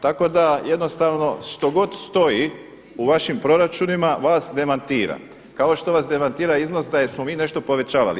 Tako da jednostavno što god stoji u vašim proračunima vas demantira kao što vas demantira iznos da smo mi nešto povećavali.